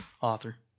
author